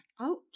out